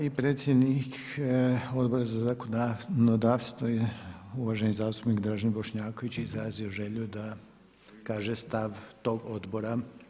I predsjednik Odbora za zakonodavstvo uvaženi zastupnik Dražen Bošnjaković izrazio želju da kaže stav tog odbora.